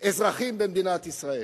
אזרחים במדינת ישראל.